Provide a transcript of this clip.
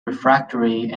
refractory